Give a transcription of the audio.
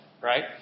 right